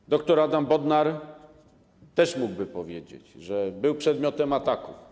Pan dr Adam Bodnar też mógłby powiedzieć, że był przedmiotem ataków.